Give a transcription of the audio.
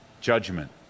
judgment